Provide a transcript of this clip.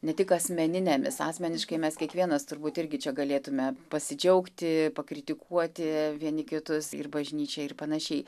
ne tik asmeninėmis asmeniškai mes kiekvienas turbūt irgi čia galėtume pasidžiaugti pakritikuoti vieni kitus ir bažnyčią ir panašiai